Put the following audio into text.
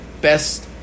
best